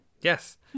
Yes